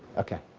okay.